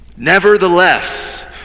Nevertheless